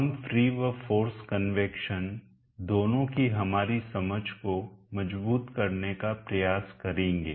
हम फ्री व force convection दोनों की हमारी समझ को मजबूत करने का प्रयास करेंगे